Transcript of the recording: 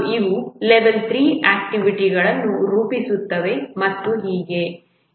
ಇವು ಲೆವೆಲ್ 3 ಆಕ್ಟಿವಿಟಿಗಳನ್ನು ರೂಪಿಸುತ್ತವೆ ಮತ್ತು ಹೀಗೆ